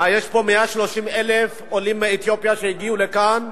יש 130,000 עולים מאתיופיה שהגיעו לכאן.